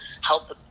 help